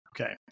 Okay